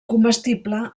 comestible